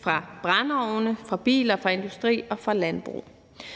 fra brændeovne, biler, industri og landbrug.